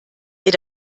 ihr